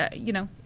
ah you know,